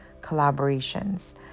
collaborations